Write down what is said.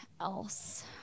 else